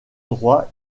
droit